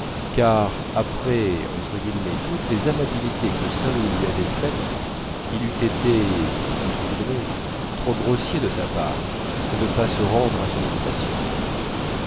car après toutes les amabilités que saint loup lui avait faites il eût été trop grossier de sa part de ne pas se rendre à son invitation